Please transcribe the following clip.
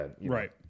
Right